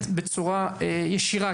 בצורה ישירה,